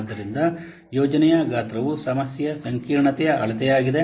ಆದ್ದರಿಂದ ಯೋಜನೆಯ ಗಾತ್ರವು ಸಮಸ್ಯೆಯ ಸಂಕೀರ್ಣತೆಯ ಅಳತೆಯಾಗಿದೆ